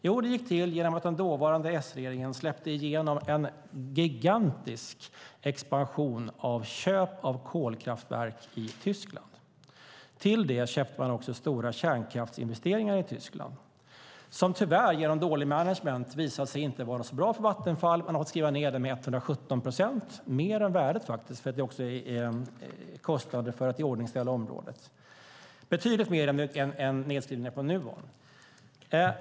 Jo, det gick till så att den dåvarande S-regeringen släppte igenom en gigantisk expansion av köp av kolkraftverk i Tyskland. Därtill gjordes stora kärnkraftsinvesteringar i Tyskland, som genom dåligt management tyvärr inte visat sig vara bra för Vattenfall. Man har fått skriva ned det med 117 procent, mer än värdet faktiskt, eftersom det tillkom kostnader för att iordningsställa området. Det är betydligt mer än nedskrivningarna i Nuon.